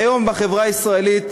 היום בחברה הישראלית